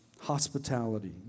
hospitality